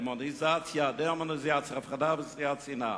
דמוניזציה, דה-הומניזציה, הפחדה וזריעת שנאה".